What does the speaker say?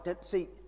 see